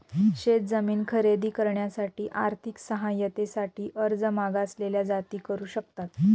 शेत जमीन खरेदी करण्यासाठी आर्थिक सहाय्यते साठी अर्ज मागासलेल्या जाती करू शकतात